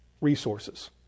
resources